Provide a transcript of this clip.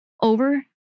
over